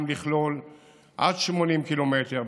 וגם לכלול עד 80 קילומטר,